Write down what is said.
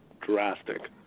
drastic